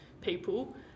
people